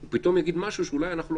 הוא פתאום יגיד משהו שאולי אנחנו לא